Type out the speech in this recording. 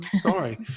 sorry